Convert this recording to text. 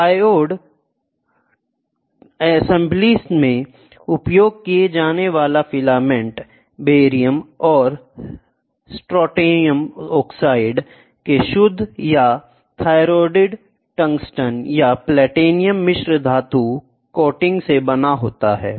triode असेंबली में उपयोग किया जाने वाला फिलामेंट बेरियम और स्ट्रोंटियम ऑक्साइड के शुद्ध या थोरिअटेड टंगस्टन या प्लैटिनम मिश्र धातु कोटिंग से बना है